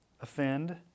offend